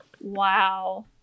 Wow